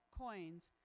coins